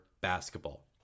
basketball